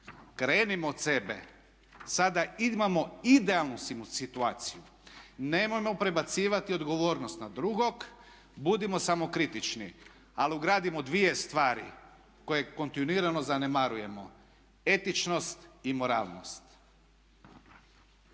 krenimo od sebe. Sada imamo idealnu situaciju. Nemojmo prebacivati odgovornost na drugog, budimo samokritični ali ugradimo dvije stvari koje kontinuirano zanemarujemo etičnost i moralnost.